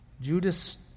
Judas